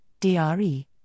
DRE